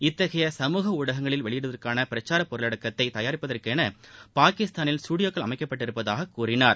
இத்தகைய சமூக ஊடகங்களில் வெளியிடுவதற்கான பிரச்சார பொருளடக்கத்தை தயாரிப்பதற்கென பாகிஸ்தானில் ஸ்டுடியோக்கள் அமைக்கப்பட்டிருப்பதாக கூறினார்